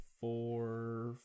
Four